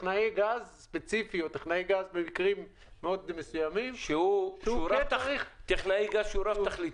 טכנאי גז במקרים מסוימים -- טכנאי גז שהוא רב-תכליתי.